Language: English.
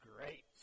great